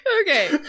Okay